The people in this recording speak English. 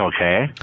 Okay